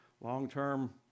long-term